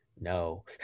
No